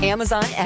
Amazon